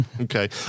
Okay